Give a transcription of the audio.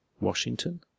Washington